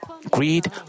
Greed